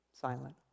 silent